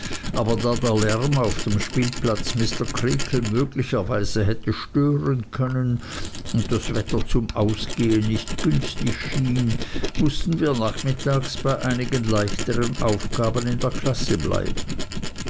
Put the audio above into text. der lärm auf dem spielplatz mr creakle möglicherweise hätte stören können und das wetter zum ausgehen nicht günstig schien mußten wir nachmittags bei einigen leichteren aufgaben in der klasse bleiben